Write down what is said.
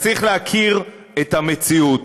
אז צריך להכיר את המציאות.